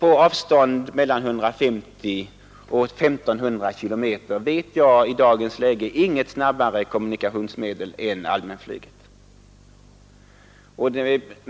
I dagens läge känner jag inte till något snabbare kommunikationsmedel än allmänflyget på avstånd mellan 150 och 1 500 kilometer.